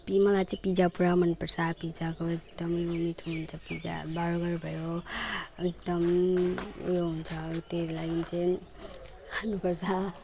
मलाई चाहिँ पिज्जा पुरा मन पर्छ पिज्जाको एकदम मिठो हुन्छ पिजा बर्गर भयो एकदम उयो हुन्छ त्यही लागि चाहिँ खानु पर्छ